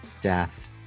death